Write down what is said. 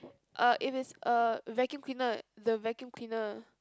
uh if it's a vacuum cleaner the vacuum cleaner